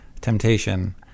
temptation